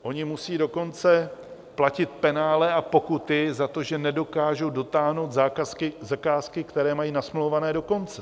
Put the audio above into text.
Oni musí dokonce platit penále a pokuty za to, že nedokážou dotáhnout zakázky, které mají nasmlouvané, do konce.